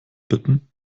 bitten